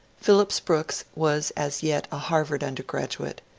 phillips brooks was as yet a harvard undergraduate.